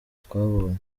twabonye